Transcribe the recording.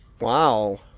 Wow